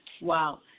Wow